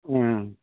ꯎꯝ